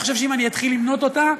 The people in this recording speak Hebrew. אני חושב שאם אני אתחיל למנות אותה,